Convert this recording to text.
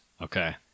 Okay